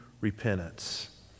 repentance